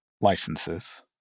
licenses